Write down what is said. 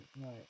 Right